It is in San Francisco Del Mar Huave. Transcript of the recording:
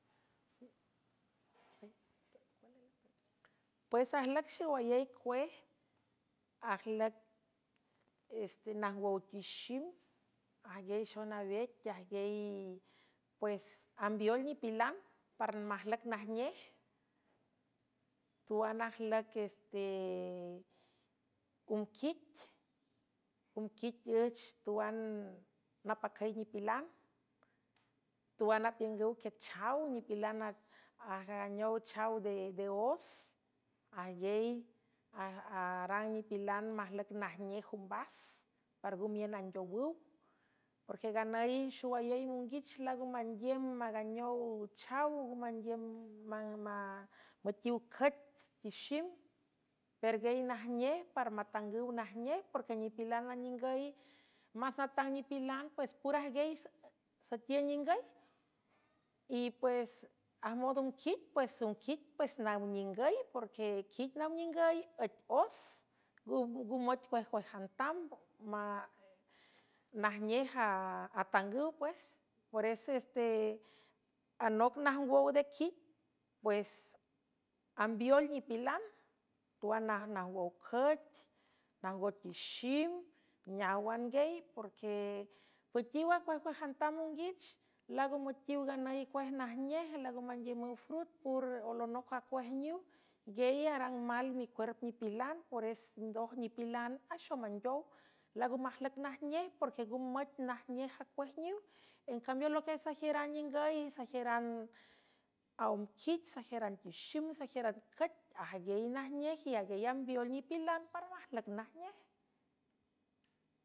Pues ajlüc xowayey uej ajlüc es tenajngwow tixim ajguiey xonawet pues ambeol nipilan mc jnej tuan ajüc squi mquit üch tuan napacüy nipilan tuan apiüngüw quiechaw nipilan ajaganeow chaw de os agey arang nipilan majlüc najnej ombas para ngo miün andeowüw porque nganüy xowayey monguich laago mangiüm manganeow chaw ng mandiüm müetiw cüet tixim perguey najnej para matangüw najnej porque nipilan aningüy más natang nipilan pues pur ajgiey saetiün ningüy y pues ajmond ümquit pues umquic pues naw ningüy porque quic nam ningüy üet os nng müt cuejcuejantam najnej atangüw peres se anoc najngwow de quit pues ambeoel nipilan tuan najngwow cüet najngot tixim neaw anguey porque püetiw acuejcuejantam monguich laago müetiw nganüy cuej najnej lango mangiümüw fruet por olonoc acuejniw nguiey arang mal micuerp nipilan pores ndoj nipilan axomandeow lango majlüc najnej porque ngo müt najnej acuejniw ecambeol loquiey sajiüran ningüy y sajiüran aumquich sajiüran tixim sajiüran cüet ajguiey najnej y aguiey ambiol nipilan para majlüc najnej.